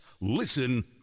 Listen